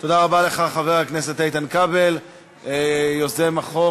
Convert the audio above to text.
תודה רבה לך, חבר הכנסת איתן כבל, יוזם החוק.